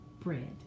bread